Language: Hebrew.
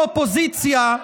רק כשהם ישבו באופוזיציה,